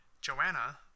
Joanna